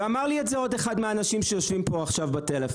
ואמר לי את זה עוד אחד מהאנשים שיושבים פה עכשיו בטלפון.